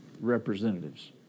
representatives